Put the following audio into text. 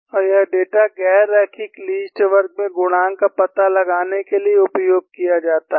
और यह डेटा गैर रैखिक लीस्ट वर्ग में गुणांक का पता लगाने के लिए उपयोग किया जाता है